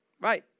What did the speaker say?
right